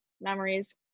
memories